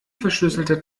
verschlüsselter